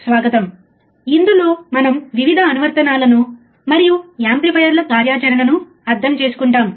స్వాగతం ఈ module input offset voltage అంటే ఏమిటో అర్థం చేసుకోవడానికి